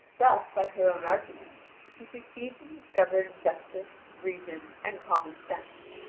thus, by her own arguments she succeeds in discovering justice, reason, and common sense,